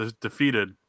defeated